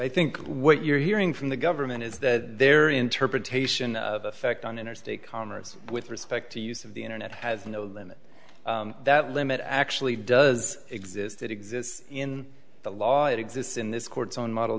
i think what you're hearing from the government is that their interpretation of effect on interstate commerce with respect to use of the internet has no limits that limit actually does exist it exists in the law it exists in this court on model